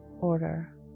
order